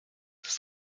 des